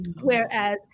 Whereas